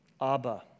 Abba